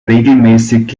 regelmäßig